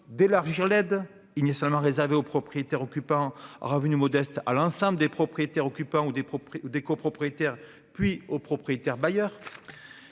élargir l'aide, initialement réservée aux propriétaires occupants aux revenus modestes, à l'ensemble des propriétaires occupants ou des copropriétaires, puis aux propriétaires bailleurs.